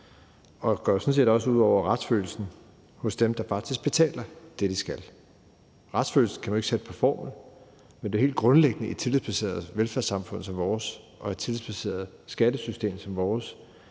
går jo sådan set også ud over retsfølelsen hos dem, der faktisk betaler det, de skal. Retsfølelsen kan man jo ikke sætte på formel, men det er helt grundlæggende sådan i et tillidsbaseret velfærdssamfund som vores og i et tillidsbaseret skattesystem som vores,